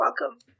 welcome